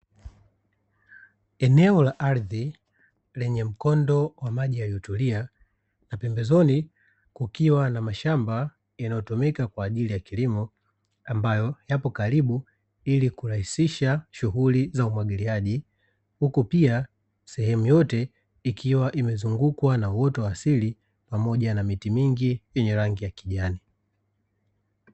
Eneo la ardhi lenye mkondo wa maji yaliyotulia na pembezoni kukiwa na mashamba yanayotumika kwa ajili ya kilimo ambayo yapo karibu ili kurahisisha shughuli za umwagiliaji, huku pia sehemu yote ikiwa imezungukwa na uoto wa asili pamoja na miti mingi yenye rangi ya kijani.